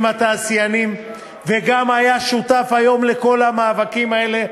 התעשיינים וגם היה שותף היום לכל המאבקים האלה,